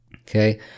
Okay